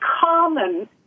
common